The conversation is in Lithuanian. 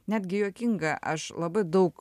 netgi juokinga aš labai daug